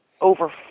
over